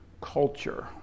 culture